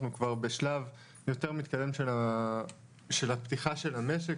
אנחנו כבר בשלב יותר מתקדם של הפתיחה של המשק,